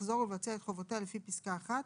לחזור ולבצע את חובותיה לפי פסקה (1),